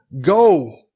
go